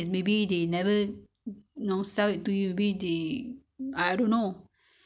they sell separately or what the egg sometimes they sell egg also [what] I don't know I'm not sure I sure it could be different